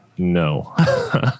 No